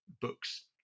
Books